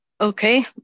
Okay